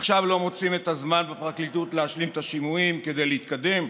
עכשיו לא מוצאים את הזמן בפרקליטות להשלים את השימועים כדי להתקדם?